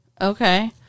Okay